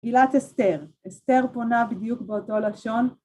מגילת אסתר, אסתר פונה בדיוק באותו לשון